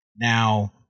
Now